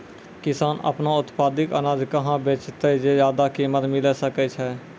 किसान आपनो उत्पादित अनाज कहाँ बेचतै जे ज्यादा कीमत मिलैल सकै छै?